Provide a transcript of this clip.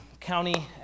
County